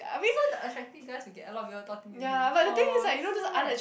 so the attractive guys will get a lot of people talking to him orh damn sad